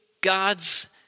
God's